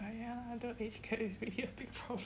!aiya! the age gap is really a big problem